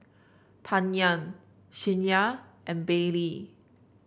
Tanya Shyla and Baylee